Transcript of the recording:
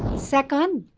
second,